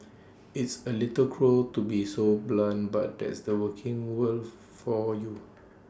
it's A little cruel to be so blunt but that's the working world for you